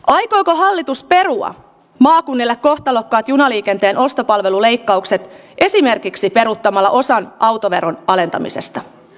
aikoiko hallitus perua maakunnille kohtalokkaat junaliikenteen ostopalveluleikkaukset esimerkiksi verottamalla osa autoveron alentamisesta